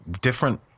different